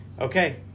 okay